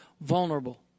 vulnerable